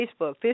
Facebook